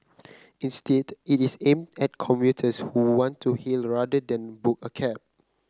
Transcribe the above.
instead it is aimed at commuters who want to hail rather than book a cab